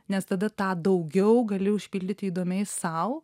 nes tada tą daugiau gali užpildyti įdomiais sau